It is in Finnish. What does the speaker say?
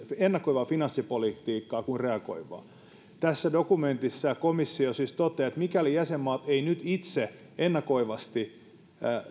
ennakoivaa finanssipolitiikkaa kuin reagoivaa tässä dokumentissa komissio siis toteaa että mikäli jäsenmaat eivät nyt itse ennakoivasti